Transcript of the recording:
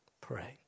Pray